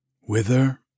whither